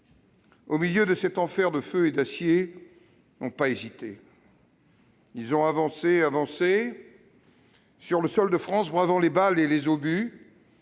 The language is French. au milieu de cet enfer de feu et d'acier, n'ont pas hésité : ils ont avancé, avancé sur le sol de France, bravant les balles et les obus